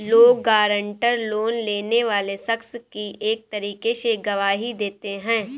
loan guarantor, loan लेने वाले शख्स की एक तरीके से गवाही देते हैं